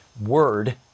word